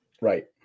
Right